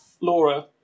Laura